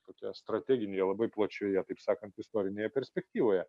tokioje strateginėje labai plačioje taip sakant istorinėje perspektyvoje